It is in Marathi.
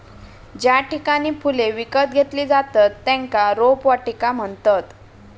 ज्या ठिकाणी फुले विकत घेतली जातत त्येका रोपवाटिका म्हणतत